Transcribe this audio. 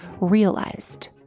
realized